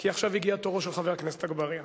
כי עכשיו הגיע תורו של חבר הכנסת אגבאריה.